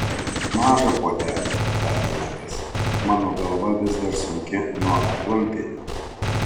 mažą puodelį tarė nedas mano galva vis dar sunki nuo aguonpienio